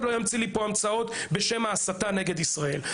לא ימציא המצאות בשם ההסתה נגד ישראל.